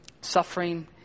suffering